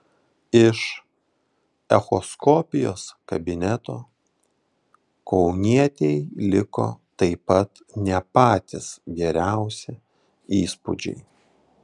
iš echoskopijos kabineto kaunietei liko taip pat ne patys geriausi įspūdžiai